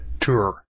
tour